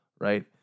right